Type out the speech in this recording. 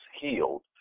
healed